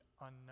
unknown